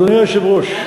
אדוני היושב-ראש,